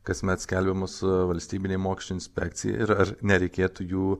kasmet skelbiamos valstybinei mokesčių inspekcijai ir ar nereikėtų jų